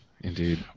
Indeed